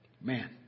Man